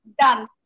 done